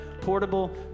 portable